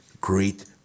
great